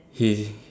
his